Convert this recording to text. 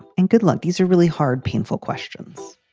and good luck. these are really hard, painful questions.